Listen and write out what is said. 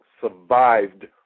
survived